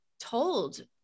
told